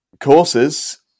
courses